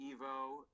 Evo